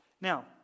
Now